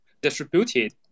distributed